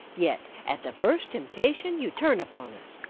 yet at the first temptation you turn upon us,